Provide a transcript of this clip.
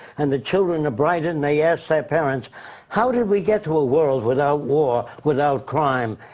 and the children are brighter and they ask their parents how did we get to a world without war, without crime?